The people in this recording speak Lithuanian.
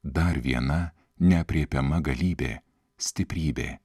dar viena neaprėpiama galybė stiprybė